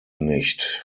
nicht